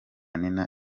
nina